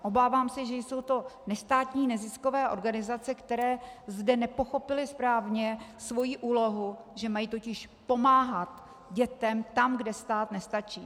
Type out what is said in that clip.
Obávám se, že jsou to nestátní neziskové organizace, které zde nepochopily správně svoji úlohu, že mají totiž pomáhat dětem tam, kde stát nestačí.